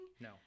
No